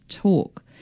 talk